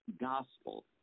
gospel